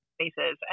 spaces